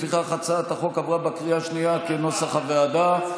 לפיכך הצעת החוק עברה בקריאה השנייה כנוסח הוועדה.